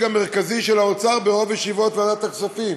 המרכזי של האוצר ברוב ישיבות ועדת הכספים.